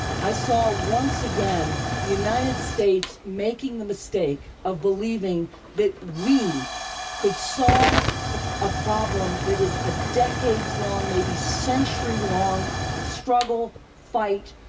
i saw, once again, the united states making the mistake of believing that we could solve ah a problem that is a decades-long, maybe century-long struggle, fight,